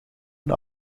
een